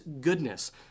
goodness